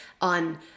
on